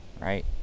right